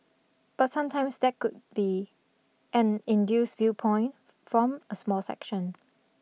but sometimes that could be an induced viewpoint from a small section